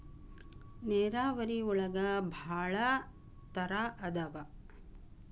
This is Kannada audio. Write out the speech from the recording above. ನೇರಾವರಿ ಒಳಗ ಭಾಳ ತರಾ ಅದಾವ